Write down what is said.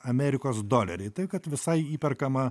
amerikos doleriai tai kad visai įperkama